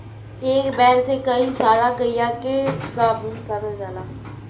एक बैल से कई सारा गइया के गाभिन करल जाला